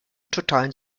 totalen